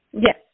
Yes